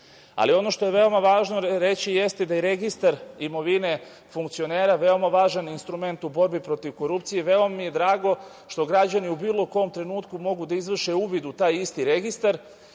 sektoru. Ono što je veoma važno reći jeste da je registar imovine funkcionera veoma važan instrument u borbi protiv korupcije i veoma mi je drago što građani u bilo kom trenutku mogu da izvrše uvid u taj isti registar